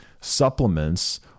supplements